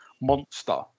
monster